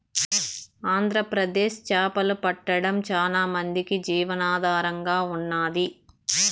ఆంధ్రప్రదేశ్ చేపలు పట్టడం చానా మందికి జీవనాధారంగా ఉన్నాది